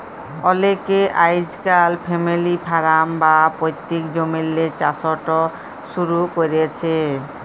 অলেকে আইজকাইল family farm বা পৈত্তিক জমিল্লে চাষট শুরু ক্যরছে